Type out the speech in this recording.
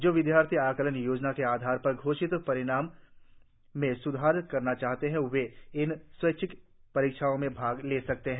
जो विद्यार्थी आंकलन योजना के आधार पर घोषित अपने परिणाम में सुधार करना चाहते हैं वे इन स्वैच्छिक परीक्षाओं में भाग ले सकते हैं